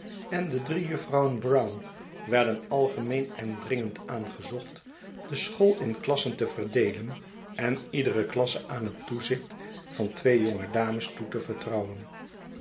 en de drie juffrouwen brown werden algemeen en dringend aangezocht de school in klasen te verdeelen en iedere klasse aan het tozicht van twee jonge dames toe te vertrouwen